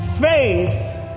faith